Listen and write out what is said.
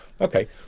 okay